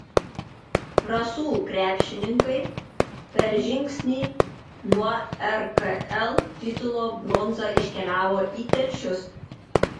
rasų krepšininkai per žingsnį nuo rkl titulo bronza iškeliavo į telšius